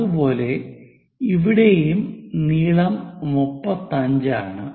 അതുപോലെ ഇവിടെയും നീളം 35 ആണ്